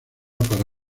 para